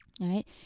right